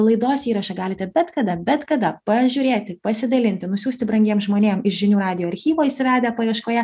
laidos įrašą galite bet kada bet kada pažiūrėti pasidalinti nusiųsti brangiem žmonėm iš žinių radijo archyvo įsivedę paieškoje